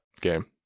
game